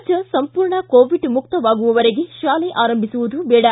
ರಾಜ್ಯ ಸಂಪೂರ್ಣ ಕೋವಿಡ್ ಮುಕ್ತವಾಗುವವರೆಗೆ ಶಾಲೆ ಆರಂಭಿಸುವುದು ಬೇಡ